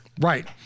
Right